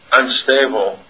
unstable